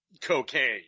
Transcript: Cocaine